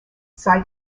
sai